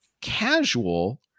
casual